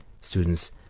students